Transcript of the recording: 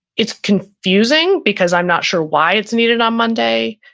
it's confusing because i'm not sure why it's needed on monday.